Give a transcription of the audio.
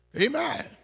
Amen